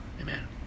Amen